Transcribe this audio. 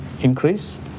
increase